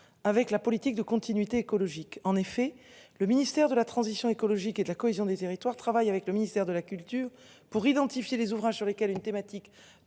Avec la politique de continuité écologique en effet le ministère de la transition écologique et de la cohésion des territoires, travaille avec le ministère de la culture pour identifier les ouvrages sur lesquels une thématique